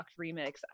remix